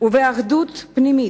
ובאחדות פנימית,